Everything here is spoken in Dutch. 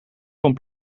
vond